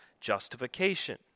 justification